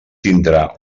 tindrà